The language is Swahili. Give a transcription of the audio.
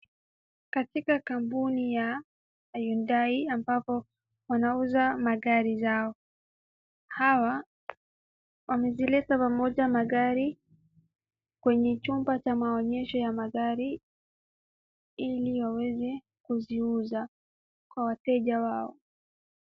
Katika kampuni ya Hyundai ambapo wanauza magari zao. Hawa wamezileta pamoja magari kwenye chumba cha maonyesho ya magari ili waweze kuziuza kwa wateja wao.